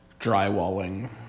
drywalling